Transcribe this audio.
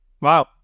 Wow